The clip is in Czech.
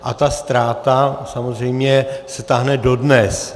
A ta ztráta samozřejmě se táhne dodnes.